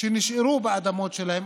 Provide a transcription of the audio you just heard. שנשארו על האדמות שלהם,